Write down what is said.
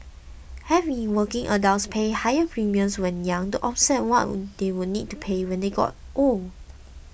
have working adults pay higher premiums when young to offset what they would need to pay when they got old